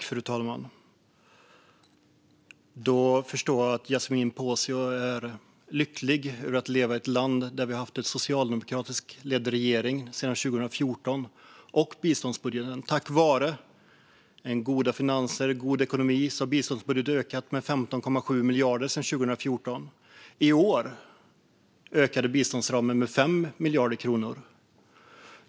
Fru talman! Då förstår jag att Yasmine Posio är lycklig över att leva i ett land där vi haft en socialdemokratiskt ledd regering sedan 2014 och där biståndsbudgeten tack vare goda finanser och god ekonomi har ökat med 15,7 miljarder sedan 2014. I år ökade biståndsramen med 5 miljarder kronor.